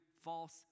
false